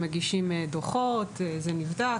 הם מגישים דוחות וזה נבדק.